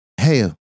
hey